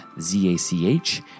Z-A-C-H